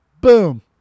boom